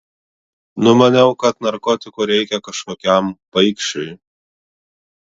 numaniau kad narkotikų reikia kažkokiam paikšiui